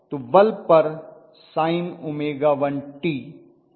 तो बल्ब पर sin𝜔1t−sin𝜔2t होगा